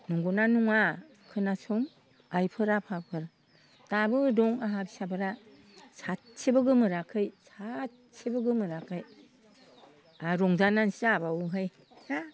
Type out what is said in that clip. नंगौ ना नङा खोनासं आइफोर आफाफोर दाबो दं आंहा फिसाफोरा सासेबो गोमोराखै सासेबो गोमोराखै आंहा रंजानासो जाबावोहाय दा